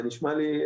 זה נשמע לי..